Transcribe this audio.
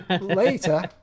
Later